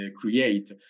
create